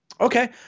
Okay